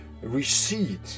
recede